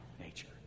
nature